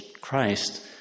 Christ